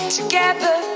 Together